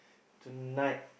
tonight